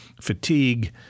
fatigue